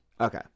Okay